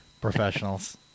Professionals